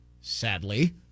sadly